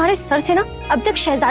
but so so you know a bit shy